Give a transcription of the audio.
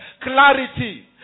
clarity